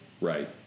Right